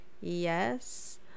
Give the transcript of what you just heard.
yes